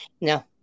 No